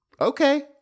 Okay